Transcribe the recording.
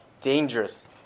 dangerous